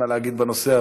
מה להגיד בנושא,